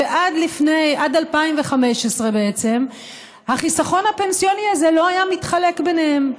ועד 2015 החיסכון הפנסיוני הזה בעצם לא היה מתחלק ביניהם.